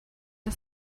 the